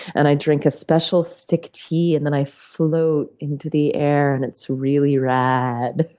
and i drink a special stick tea, and then i float into the air, and it's really rad.